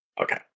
Okay